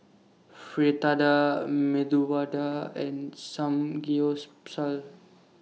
Fritada Medu Vada and Samgyeopsal